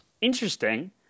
Interesting